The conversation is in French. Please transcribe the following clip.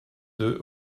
deux